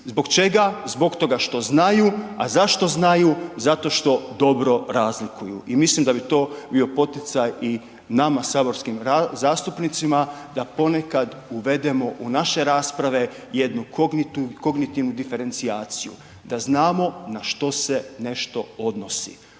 Zbog čega? Zbog toga što znaju. A zašto znaju? Zato što dobro razliku. I mislim da bi to bio poticaj nama saborskim zastupnicima da ponekad uvedemo u naše rasprave jednu kongitivnu diferencijaciju, da znamo na što se nešto odnosi.